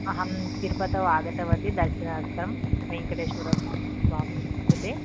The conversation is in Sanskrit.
अहं तिरुपतौ आगतवती दर्शनार्थं वेङ्कटेश्वर स्वामी कृते